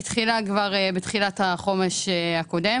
היא החלה בתחילת תוכנית החומש הקודמת.